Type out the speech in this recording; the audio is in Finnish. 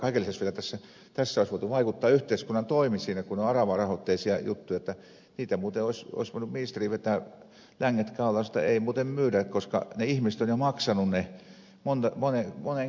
kaiken lisäksi vielä tässä olisi voitu vaikuttaa yhteiskunnan toimin siinä kun ne ovat aravarahoitteisia juttuja että siinä olisi voinut ministeri vetää länget kaulaan ja sanoa että ei muuten myydä koska ne ihmiset ovat jo maksaneet ne moneen kertaan